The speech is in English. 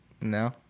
No